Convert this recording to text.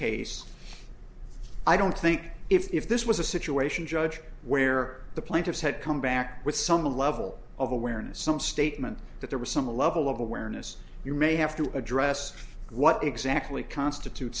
case i don't think if this was a situation judge where the plaintiffs had come back with some level of awareness some statement that there was some level of awareness you may have to address what exactly constitute